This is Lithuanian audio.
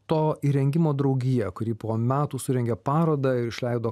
to įrengimo draugija kuri po metų surengė parodą ir išleido